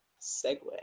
segue